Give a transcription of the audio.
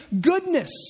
goodness